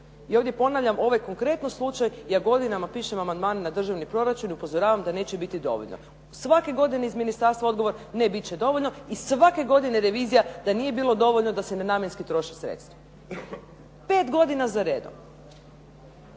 I ovdje ponavljam, ovaj konkretno slučaj ja godinama pišem amandman na državni proračun i upozoravam da neće biti dovoljno. Svake godine iz ministarstva odgovori, ne, biti će dovoljno i svake godine revizija, da nije bilo dovoljno da se nenamjenski troše sredstva. 5 godina za redom.